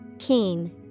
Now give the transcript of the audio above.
Keen